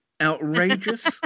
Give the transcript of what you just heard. outrageous